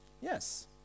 Yes